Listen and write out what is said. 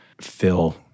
fill